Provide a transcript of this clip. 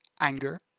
anger